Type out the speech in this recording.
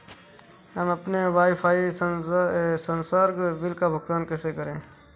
हम अपने वाईफाई संसर्ग बिल का भुगतान कैसे करें?